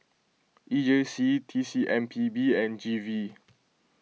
E J C T C M P B and G V